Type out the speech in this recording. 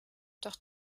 doch